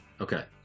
Okay